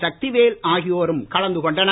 சக்திவேல் ஆகியோரும் கலந்து கொண்டனர்